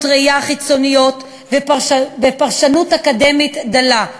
ראייה חיצוניות ופרשנות אקדמית דלה.